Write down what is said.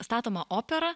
statoma opera